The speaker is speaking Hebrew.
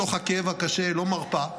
מתוך הכאב הקשה לא מרפה,